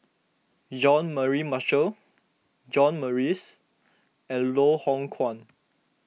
Jean Mary Marshall John Morrice and Loh Hoong Kwan